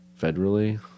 federally